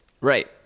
Right